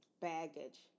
baggage